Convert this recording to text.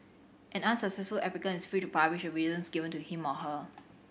an unsuccessful applicant is free to publish the reasons given to him or her